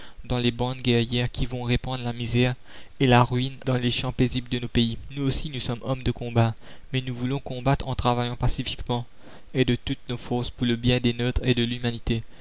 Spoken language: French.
dans les bandes guerrières qui vont répandre la misère et la ruine dans les champs paisibles de nos pays nous aussi nous sommes hommes de combat mais nous voulons combattre en travaillant pacifiquement et de toutes nos forces pour le bien des nôtres et de l'humanité